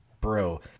bro